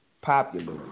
popular